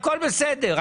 הכול בסדר,